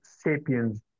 Sapiens